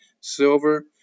silver